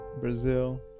Brazil